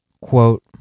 quote